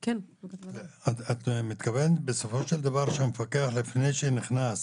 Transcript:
את מתכוונת בסופו של דבר שהמפקח, לפני שנכנס